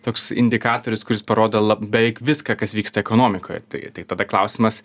toks indikatorius kuris parodo la beveik viską kas vyksta ekonomikoje tai tai tada klausimas